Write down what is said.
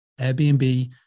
Airbnb